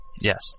Yes